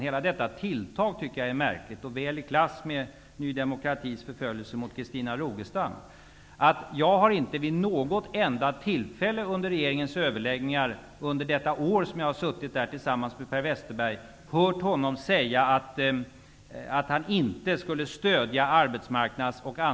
Hela detta tilltag tycker jag är märkligt. Det är i klass med Ny demokratis förföljelse av Christina Rogestam. Jag har inte vid något enda tillfälle under regeringens överläggningar under det gångna året hört Per Westerberg säga att han inte skulle stödja t.ex.